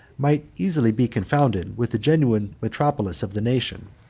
might easily be confounded with the genuine metropolis of the nation.